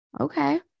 Okay